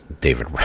David